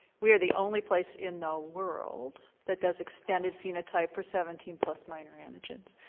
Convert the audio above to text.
we are the only place in the world that does extended phenotype for seventeen plus minor antigens.